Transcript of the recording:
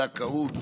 זכאות